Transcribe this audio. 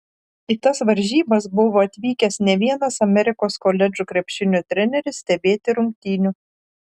į tas varžybas buvo atvykęs ne vienas amerikos koledžų krepšinio treneris stebėti rungtynių